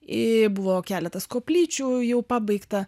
ir buvo keletas koplyčių jau pabaigta